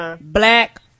black